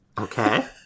Okay